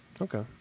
Okay